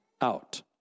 out